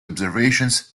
observations